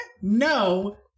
no